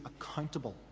accountable